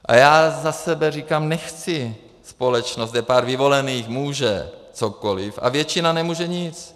A já za sebe říkám, nechci společnost, kde pár vyvolených může cokoliv a většina nemůže nic!